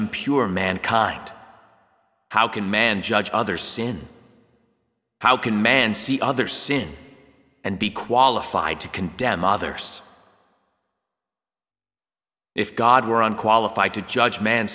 impure mankind how can man judge others sin how can man see other sin and be qualified to condemn others if god were on qualified to judge man